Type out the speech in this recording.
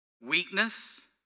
weakness